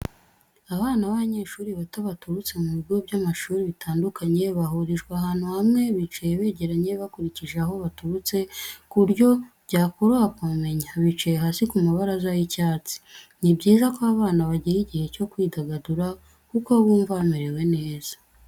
Abana b'abanyeshuri bato baturutse mu bigo by'amashuri bitandukanye, bahurijwe ahantu hamwe bicaye begeranye bakurikije aho baturutse ku buryo byakoroha kubamenya, bicaye hasi ku mabaraza y'icyatsi. Ni byiza ko abana bagira igihe cyo kwidagadura kuko bumva bamerewe neza.